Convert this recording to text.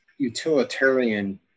utilitarian